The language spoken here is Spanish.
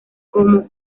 como